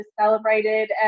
celebrated